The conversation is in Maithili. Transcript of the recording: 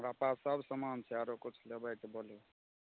हमरा पास सब समान छै आरो किछु लेबै तऽ बोलू